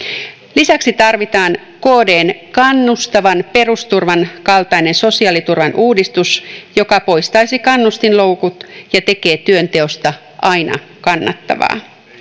lisäksi tarvitaan kdn kannustavan perusturvan kaltainen sosiaaliturvan uudistus joka poistaisi kannustinloukut ja tekee työnteosta aina kannattavaa